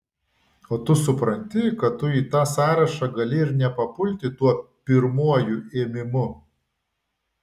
o tu supranti kad tu į tą sąrašą gali ir nepapulti tuo pirmuoju ėmimu